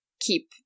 keep